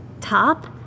top